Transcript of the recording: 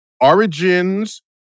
Origins